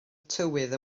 tywydd